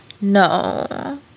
No